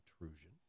Intrusion